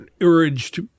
urged